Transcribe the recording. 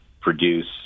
produce